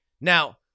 now